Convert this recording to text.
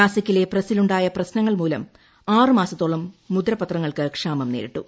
നാസിക്കിലെ പ്രസിൽ ഉണ്ടായ പ്രശ്നങ്ങൾമൂലം ആറ് മാസത്തോളം മുദ്രപത്രങ്ങൾക്ക് ക്ഷാമം നേരിട്ടു